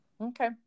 Okay